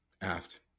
Aft